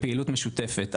ובפעילות משותפת.